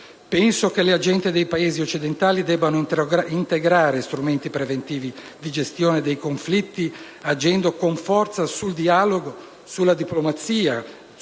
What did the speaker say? Penso che le agende dei Paesi occidentali debbano integrare strumenti preventivi di gestione dei conflitti agendo con forza sul dialogo, con la diplomazia,